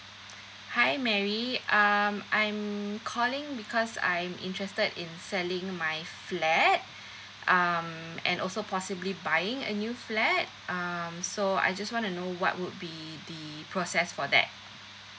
hi Mary um I'm calling because I'm interested in selling my flat um and also possibly buying a new flat um so I just want to know what would be the process for that